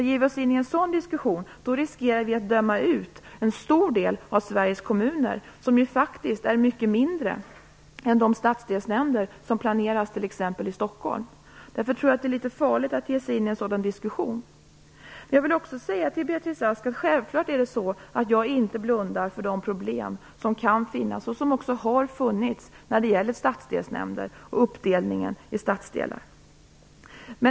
Ger vi oss in i en sådan diskussion, riskerar vi att döma ut en stor del av Sveriges kommuner, som faktiskt är mycket mindre än de stadsdelsnämnder som planeras i t.ex. Stockholm. Det är litet farligt att ge sig in i en sådan diskussion. Självklart blundar jag inte, Beatrice Ask, för de problem som kan finnas och som har funnits när det gäller stadsdelsnämnder och uppdelningen i stadsdelar.